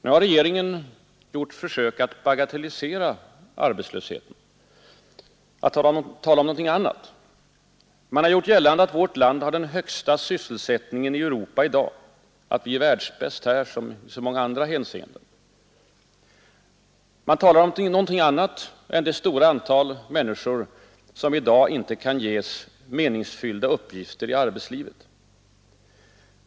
Nu har regeringen gjort försök att bagatellisera arbetslösheten, att tala om något annat. Man har gjort gällande att vårt land har den högsta sysselsättningen i Europa i dag att vi är världsbäst här som i många andra hänseenden. Man talar om någonting annat än det stora antal människor som i dag inte kan ges meningsfyllda uppgifter i arbetslivet.